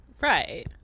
Right